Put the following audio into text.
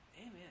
Amen